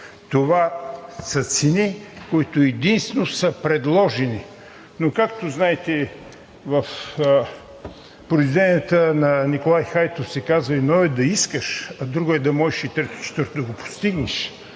Това са цени, които единствено са предложени. Но, както знаете, в произведенията на Николай Хайтов се казва: „Едно е да искаш, друго е да можеш, а трето и четвърто – да го направиш.“